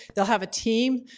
they'll have a team,